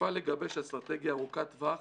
יפעל לגבש אסטרטגיה ארוכת טווח